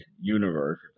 universe